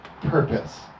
Purpose